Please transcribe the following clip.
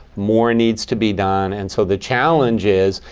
more needs to be done. and so the challenge is,